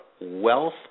wealth